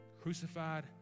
crucified